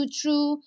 true